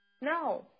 No